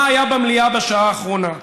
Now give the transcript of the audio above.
מה היה במליאה בשעה האחרונה.